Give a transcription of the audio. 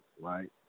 Right